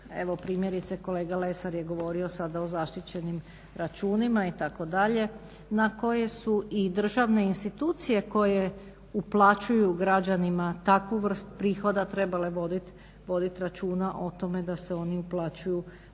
Evo primjerice kolega Lesar je govorio sada o zaštićenim računima itd. na koje su i državne institucije koje uplaćuju građanima takvu vrstu prihoda trebale vodit računa o tome da se oni uplaćuju